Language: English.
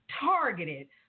targeted